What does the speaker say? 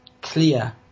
clear